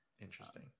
interesting